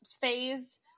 phase